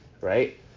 right